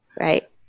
Right